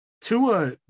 Tua